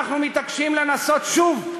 אנחנו מתעקשים לנסות שוב,